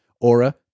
aura